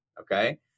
okay